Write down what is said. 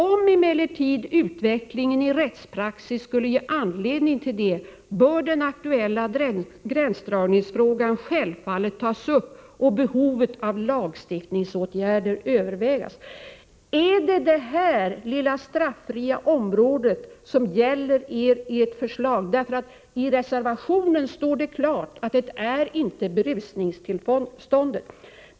Om emellertid utvecklingen i rättspraxis skulle ge anledning till det, bör den aktuella gränsdragningsfrågan självfallet tas upp och behovet av lagstiftningsåtgärder övervägas.” Är det detta lilla straffria område som ert förslag gäller? I reservationen står det nämligen klart att det inte är berusningstillståndet som avses.